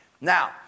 Now